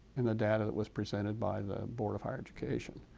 and the data that was presented by the board of higher education.